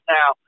Now